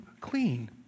clean